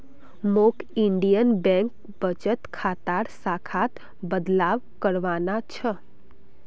मौक Indian bank बचत खातार शाखात बदलाव करवाना छ